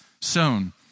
sown